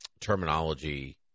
terminology